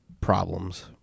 problems